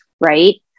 Right